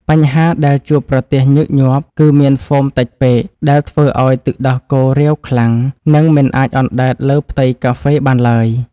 បញ្ហាដែលជួបប្រទះញឹកញាប់ គឺមានហ្វូមតិចពេកដែលធ្វើឱ្យទឹកដោះគោរាវខ្លាំង និងមិនអាចអណ្តែតលើផ្ទៃកាហ្វេបានឡើយ។